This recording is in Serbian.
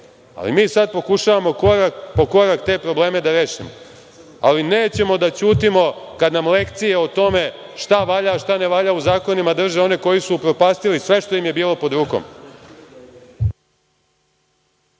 Mi sad pokušavamo korak po korak te probleme da rešimo, ali nećemo da ćutimo kada nam lekcije o tome šta valja a šta ne valja u zakonima drže oni koji su upropastili sve što im je bilo pod rukom.